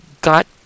got